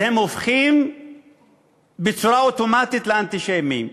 הם הופכים בצורה אוטומטית לאנטישמים.